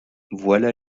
voilà